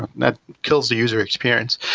that kills the user experience.